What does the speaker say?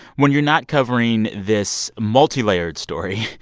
when you're not covering this multilayered story,